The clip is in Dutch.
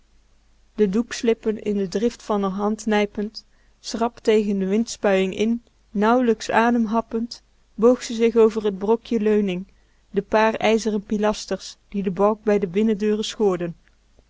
sluis de doekslippen in de drift van r hand nijpend schrap tegen de windspuiing in nauwelijks adem happend boog ze zich over t brokje leuning de paar ijzeren pilasters die den balk bij de binnendeuren schoorden